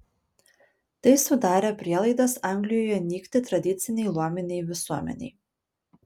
tai sudarė prielaidas anglijoje nykti tradicinei luominei visuomenei